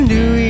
New